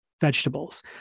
vegetables